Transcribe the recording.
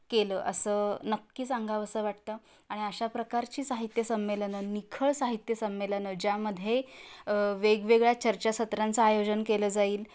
केलं असं नक्की सांगावंसं वाटतं आणि अशा प्रकारची साहित्य संमेलनं निखळ साहित्य संमेलनं ज्यामध्ये वेगवेगळ्या चर्चा सत्रांचं आयोजन केलं जाईल